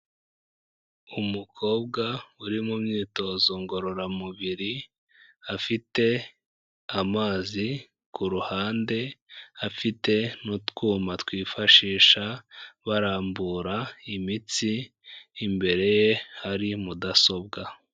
Umukobwa uri mu myitozo ngororamubiri afite amazi, ku ruhande afite n'utwuma twifashisha barambura imitsi, imbere ye hari mudasobwa.